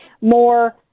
more